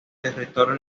territorio